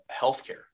healthcare